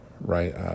Right